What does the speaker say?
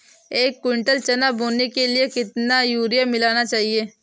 एक कुंटल चना बोने के लिए कितना यूरिया मिलाना चाहिये?